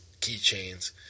keychains